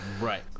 right